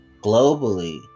globally